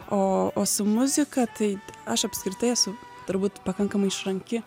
o o su muzika taip aš apskritai esu turbūt pakankamai išranki